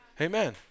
Amen